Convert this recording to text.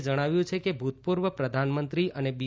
એ જણાવ્યું છે કે ભૂતપૂર્વ પ્રધાનમંત્રી અને બી